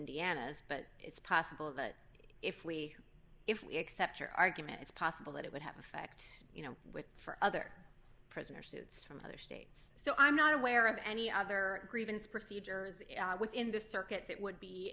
indiana's but it's possible that if we if we accept your argument it's possible that it would have effect you know with for other prisoners suits from other states so i'm not aware of any other grievance procedure within the circuit that would be